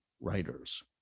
writers